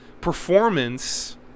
performance